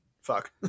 Fuck